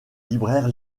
libraire